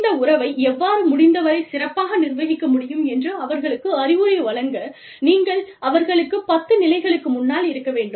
இந்த உறவை எவ்வாறு முடிந்தவரைச் சிறப்பாக நிர்வகிக்க முடியும் என்று அவர்களுக்கு அறிவுரை வழங்க நீங்கள் அவர்களுக்கு பத்து நிலைகளுக்கு முன்னால் இருக்க வேண்டும்